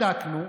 בדקנו,